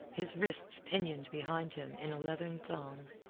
his wrists pinioned behind him in a leathern thong.